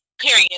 period